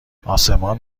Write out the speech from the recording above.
آسمان